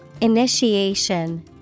Initiation